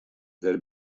der